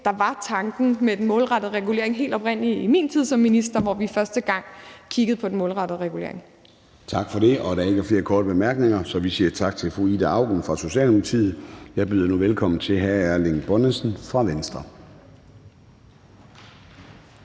var tanken med det, da vi i min tid som minister første gang kiggede på den målrettede regulering. Kl. 14:17 Formanden (Søren Gade): Tak for det. Der er ikke flere korte bemærkninger, så vi siger tak til fru Ida Auken fra Socialdemokratiet. Jeg byder nu velkommen til hr. Erling Bonnesen fra Venstre.